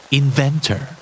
inventor